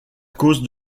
cause